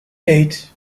eight